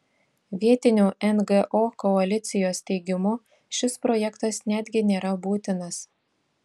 vietinių ngo koalicijos teigimu šis projektas netgi nėra būtinas